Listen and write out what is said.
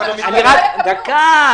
רגע, אני רק רוצה לראות שיש רצף מבחינת התושבים.